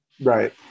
Right